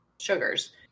sugars